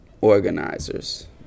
organizers